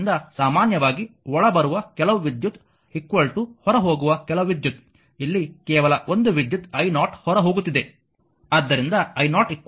ಆದ್ದರಿಂದ ಸಾಮಾನ್ಯವಾಗಿ ಒಳಬರುವ ಕೆಲವು ವಿದ್ಯುತ್ ಹೊರಹೋಗುವ ಕೆಲವು ವಿದ್ಯುತ್ ಇಲ್ಲಿ ಕೇವಲ ಒಂದು ವಿದ್ಯುತ್ i0 ಹೊರ ಹೋಗುತ್ತಿದೆ